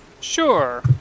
Sure